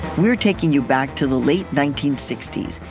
we're taking you back to the late nineteen sixty s,